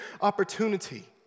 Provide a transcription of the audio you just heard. opportunity